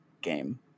game